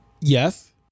Yes